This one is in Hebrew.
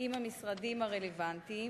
עם המשרדים הרלוונטיים,